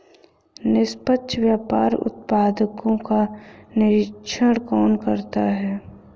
निष्पक्ष व्यापार उत्पादकों का निरीक्षण कौन करता है?